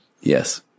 Yes